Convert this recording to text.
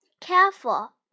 careful